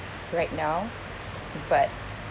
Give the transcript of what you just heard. right now but